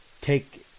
take